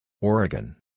Oregon